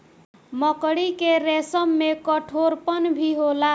मकड़ी के रेसम में कठोरपन भी होला